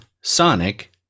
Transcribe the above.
Sonic